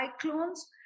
cyclones